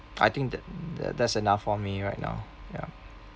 I think that th~ that's enough for me right now ya